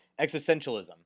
existentialism